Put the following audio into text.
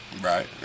Right